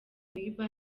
bieber